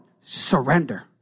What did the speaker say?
surrender